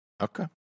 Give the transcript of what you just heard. Okay